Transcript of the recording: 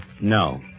No